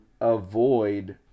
avoid